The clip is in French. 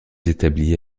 établie